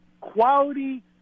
quality